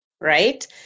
right